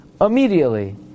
immediately